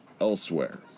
elsewhere